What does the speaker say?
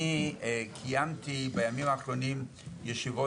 אני קיימתי בימים האחרונים ישיבות.